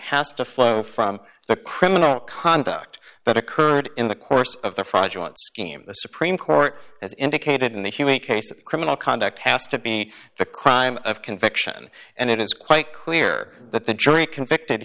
has to flow from the criminal conduct that occurred in the course of the fraud you want scheme the supreme court as indicated in the human cases criminal conduct has to be the crime of conviction and it is quite clear that the jury convicted